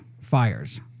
fires